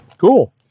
Cool